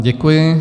Děkuji.